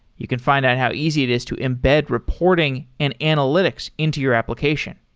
you can find out how easy it is to embed reporting and analytics into your application.